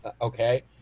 okay